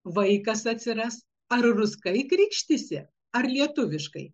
vaikas atsiras ar ruskai krikštysi ar lietuviškai